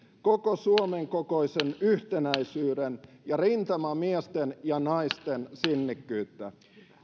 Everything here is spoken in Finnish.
koko suomen kokoista yhtenäisyyttä ja rintamamiesten ja naisten sinnikkyyttä